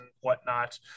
whatnot